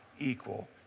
equal